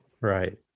Right